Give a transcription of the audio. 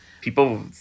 people